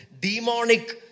demonic